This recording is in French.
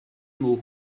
mots